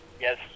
yes